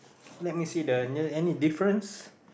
let me the n~ is there any difference